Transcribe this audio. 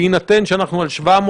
בהינתן שאנחנו על 700,